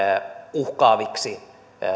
uhkaaviksi